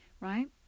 right